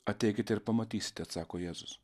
ateikite ir pamatysite atsako jėzus